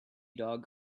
dogs